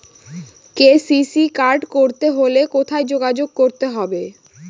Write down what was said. KCC card করতে হলে কোথায় যোগাযোগ করতে হবে?